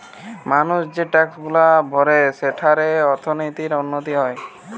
মানুষ যে ট্যাক্সগুলা ভরে সেঠারে অর্থনীতির উন্নতি হয়